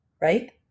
right